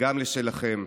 וגם לשלכם.